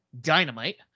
Dynamite